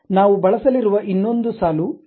ನಾವು ಬಳಸಲಿರುವ ಇನ್ನೊಂದು ಸಾಲು ಇದು